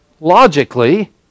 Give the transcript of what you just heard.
logically